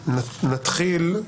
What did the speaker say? אנחנו נתחיל.